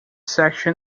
section